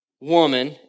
woman